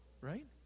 right